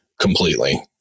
completely